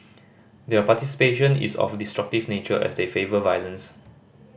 their participation is of destructive nature as they favour violence